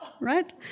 right